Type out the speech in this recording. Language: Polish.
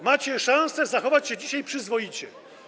Macie szansę zachować się dzisiaj przyzwoicie.